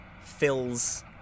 fills